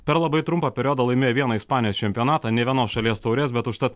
per labai trumpą periodą laimėjo vieną ispanijos čempionatą nė vienos šalies taurės bet užtat